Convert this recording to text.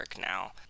now